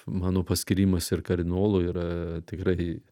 mano paskyrimas ir kardinolo yra tikrai